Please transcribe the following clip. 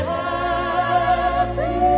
happy